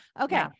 Okay